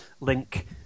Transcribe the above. link